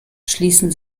schließen